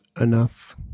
enough